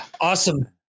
Awesome